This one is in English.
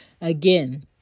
Again